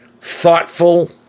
thoughtful